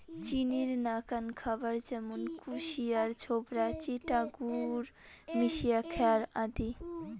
চিনির নাকান খাবার য্যামুন কুশিয়ার ছোবড়া, চিটা গুড় মিশিয়া খ্যার আদি